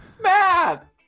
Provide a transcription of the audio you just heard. Matt